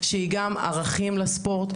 שהיא גם ערכים לספורט?